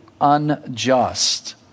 unjust